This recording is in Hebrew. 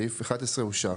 סעיף 11 אושר.